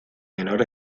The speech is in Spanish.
menor